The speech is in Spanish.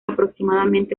aproximadamente